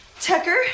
Tucker